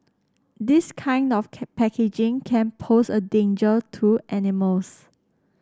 this kind of packaging can pose a danger to animals